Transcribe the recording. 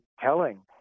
telling